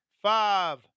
Five